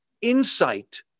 insight